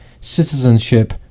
citizenship